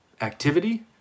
activity